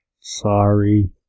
Sorry